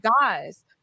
guys